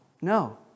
No